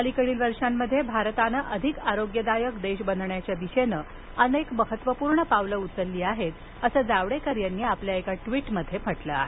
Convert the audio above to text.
अलिकडील वर्षांमध्ये भारतानं अधिक आरोग्यदायक देश बनण्याच्या दिशेने अनेक महत्वपूर्ण पावलं उचलली आहेत असं जावडेकर यांनी एका ट्विटमध्ये म्हटलं आहे